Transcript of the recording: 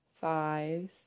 thighs